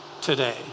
today